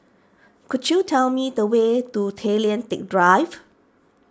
could you tell me the way to Tay Lian Teck Drive